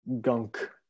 gunk